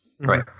Right